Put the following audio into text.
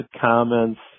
comments